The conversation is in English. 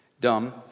Dumb